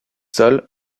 sols